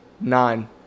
nine